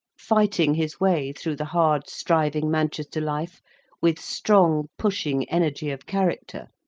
fighting his way through the hard striving manchester life with strong pushing energy of character.